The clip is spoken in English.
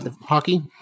hockey